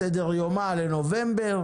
ובסוף הצלחנו להחיל גם עליהם בהתאמות את כללי החוק.